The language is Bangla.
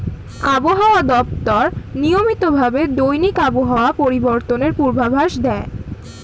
আবহাওয়া দপ্তর নিয়মিত ভাবে দৈনিক আবহাওয়া পরিবর্তনের পূর্বাভাস দেয়